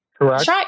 Correct